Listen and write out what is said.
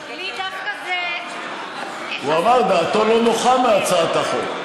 לי דווקא זה, הוא אמר שדעתו לא נוחה מהצעת החוק.